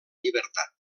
llibertat